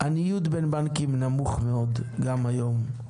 הניוד בין בנקים נמוך מאוד, גם היום,